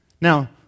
Now